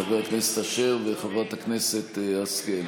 חבר הכנסת אשר וחברת הכנסת השכל,